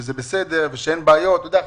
שזה בסדר ואין בעיות עם ה-17.5 מיליון.